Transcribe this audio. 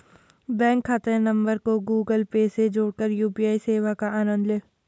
bank खाता number को Google Pay से जोड़कर यू.पी.आई सेवा का आनंद लें